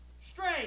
Straight